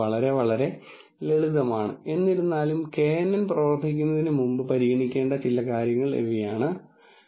രേഖീയമായി വേർതിരിക്കാവുന്നതാണ് നിങ്ങൾക്ക് അനുമാനങ്ങളുടെ സംയോജനവും മറ്റും ഉണ്ടാക്കാൻ കഴിയുന്ന നിരവധി അനുമാനങ്ങളുണ്ട്